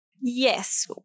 Yes